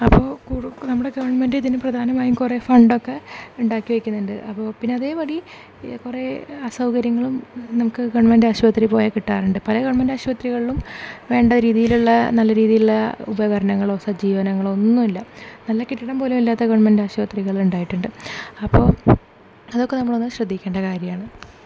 അപ്പോൾ കൂടെ നമ്മുടെ ഗവണ്മെൻറ്റ് ഇതിന് പ്രധാനമായും കുറേ ഫണ്ടൊക്കെ ഉണ്ടാക്കി വയ്ക്കുന്നുണ്ട് അപ്പോൾ പിന്നെ അതേ പടി കുറേ അസൗകര്യങ്ങളും നമുക്ക് ഗവണ്മെൻറ്റ് ആശൂത്രി പോയാൽ കിട്ടാറുണ്ട് പല ഗവണ്മെൻറ്റ് ആശുപത്രികളിലും വേണ്ട രീതിയിലുള്ള നല്ല രീതിയിലുള്ള ഉപകരണങ്ങളോ സജ്ജീകരണങ്ങളോ ഒന്നുമില്ല നല്ല കെട്ടിടം പോലെ അല്ലാത്ത ഗവണ്മെൻറ്റ് ആശുപത്രികൾ ഉണ്ടായിട്ടുണ്ട് അപ്പോൾ അതൊക്കെ നമ്മൾ ഒന്ന് ശ്രദ്ധിക്കേണ്ട കാര്യമാണ്